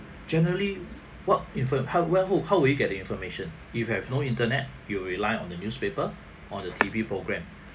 generally what info~ how wel~ who how do we get the information you have no internet you rely on the newspaper or the T_V programme